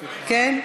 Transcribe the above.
כן?